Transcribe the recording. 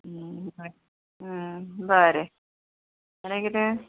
बरें आनी कितें